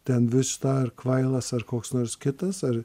ten vis dar kvailas ar koks nors kitas ar